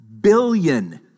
billion